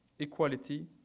equality